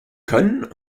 können